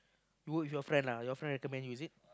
you work with your friend lah your friend recommend you is it